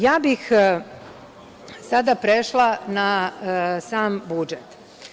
Ja bih sada prešla na sam budžet.